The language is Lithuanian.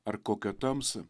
ar kokią tamsą